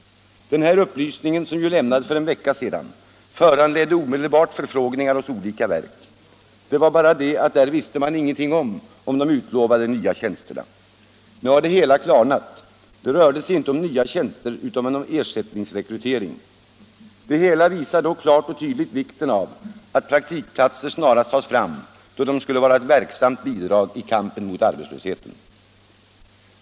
Den här upplysningen, som lämnades för en vecka sedan, föranledde omedelbart förfrågningar hos olika verk. Det var bara det att där visste man ingenting om de utlovade nya tjänsterna. Nu har det hela klarnat — det rörde sig inte om nya tjänster utan om en ersättningsrekrytering. Det hela visar dock klart och tydligt vikten av att praktikplatser snarast tas fram, då de skulle vara ett verksamt bidrag i kampen mot arbetslösheten.